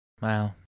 wow